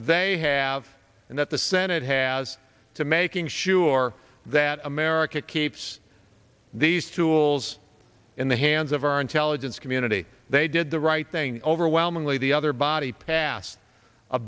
they have and that the senate has to making sure that america keeps these tools in the hands of our intelligence community they did the right thing overwhelmingly the other body passed a